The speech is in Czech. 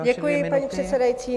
Děkuji, paní předsedající.